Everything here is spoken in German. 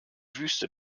wüste